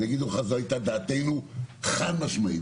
ויגידו לך: זו הייתה דעתנו חד משמעית.